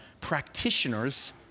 practitioners